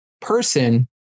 person